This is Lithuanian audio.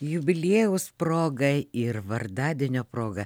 jubiliejaus proga ir vardadienio proga